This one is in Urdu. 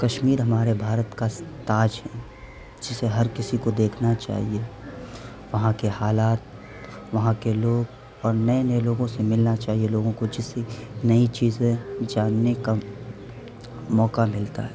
کشمیر ہمارے بھارت کا تاج ہے جسے ہر کسی کو دیکھنا چاہیے وہاں کے حالات وہاں کے لوگ اور نئے نئے لوگوں سے ملنا چاہیے لوگوں کو جس سے نئی چیزیں جاننے کا موقع ملتا ہے